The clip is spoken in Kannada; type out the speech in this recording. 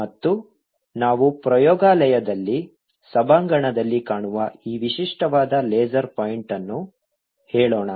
ಮತ್ತು ನಾವು ಪ್ರಯೋಗಾಲಯದಲ್ಲಿ ಸಭಾಂಗಣದಲ್ಲಿ ಕಾಣುವ ಈ ವಿಶಿಷ್ಟವಾದ ಲೇಸರ್ ಪಾಯಿಂಟ್ ಅನ್ನು ಹೇಳೋಣ